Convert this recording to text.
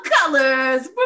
colors